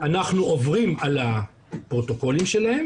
אנחנו עוברים על הפרוטוקולים שלהם